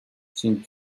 sin